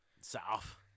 South